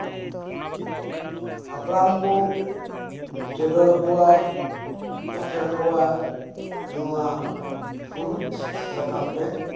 ᱦᱟᱯᱲᱟᱢ ᱠᱚ ᱪᱚᱰᱚᱨᱟᱠᱚᱣᱟ ᱵᱟᱸᱠᱷᱮᱬ ᱟᱠᱚᱣᱟ ᱱᱚᱣᱟ ᱯᱷᱩᱲᱩᱜ ᱥᱟᱠᱟᱢ ᱛᱮ